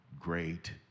great